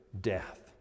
death